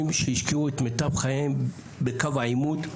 שהשקיעו את מיטב חייהם בקו העימות,